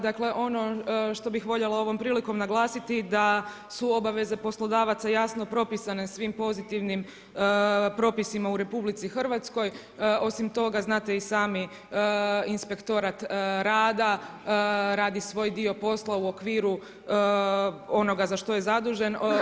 Dakle, ono što bi voljela ovom prilikom naglasiti da su obaveze poslodavaca jasno propisane svim pozitivnim propisima u RH, osim toga znate i sami Inspektorat rada radi svoj dio posla u okviru onoga za što je zadužen.